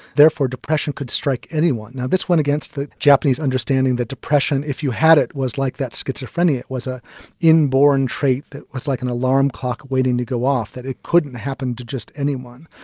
therefore depression could strike anyone. now this went against the japanese understanding that depression if you had it was like that schizophrenia, it was an ah inborn trait that was like an alarm clock waiting to go off. that it couldn't happen to just anyone.